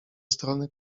strony